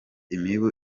imibu